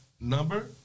number